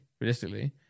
realistically